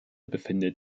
befindet